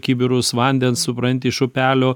kibirus vandens supranti iš upelio